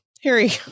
Harry